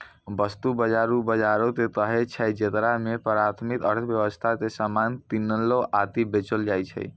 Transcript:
वस्तु बजार उ बजारो के कहै छै जेकरा मे कि प्राथमिक अर्थव्यबस्था के समान किनलो आकि बेचलो जाय छै